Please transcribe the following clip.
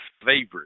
favorite